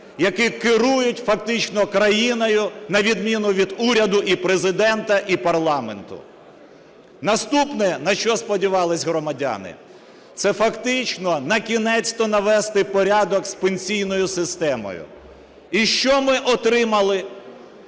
які керують фактично країно, на відміну від уряду, і Президента, і парламенту. Наступне, на що сподівалися громадяни, – це фактично накінець-то навести порядок з пенсійною системою. І що ми отримали?